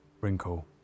Wrinkle